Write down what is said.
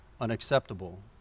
unacceptable